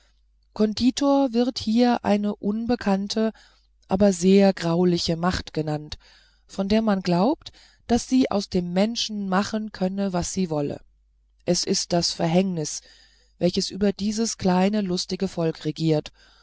konditor wird hier eine unbekannte aber sehr grauliche macht genannt von der man glaubt daß sie aus dem menschen machen könne was sie wolle es ist das verhängnis welches über dies kleine lustige volk regiert